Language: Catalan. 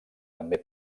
també